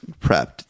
prepped